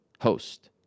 host